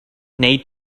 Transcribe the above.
need